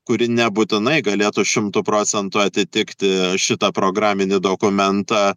kuri nebūtinai galėtų šimtu procentų atitikti šitą programinį dokumentą